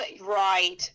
Right